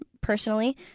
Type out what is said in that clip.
personally